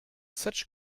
such